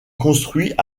construit